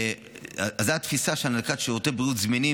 זו התפיסה של הענקת שירותי בריאות זמינים.